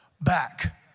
back